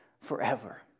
forever